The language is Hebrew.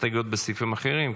בהסתייגויות בסעיפים אחרים.